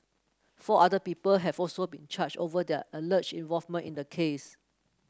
four other people have also been charged over their alleged involvement in the case